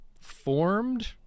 formed